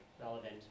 relevant